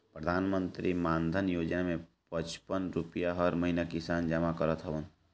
प्रधानमंत्री मानधन योजना में पचपन रुपिया हर महिना किसान जमा करत हवन